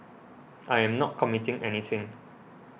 I am not committing anything